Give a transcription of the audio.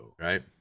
Right